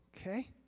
Okay